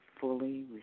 fully